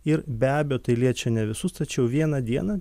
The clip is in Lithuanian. ir be abejo tai liečia ne visus tačiau vieną dieną